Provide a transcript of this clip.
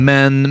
Men